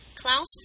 Klaus